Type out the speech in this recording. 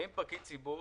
האם פקיד ציבור,